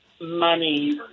money